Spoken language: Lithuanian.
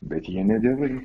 bet jie ne dievai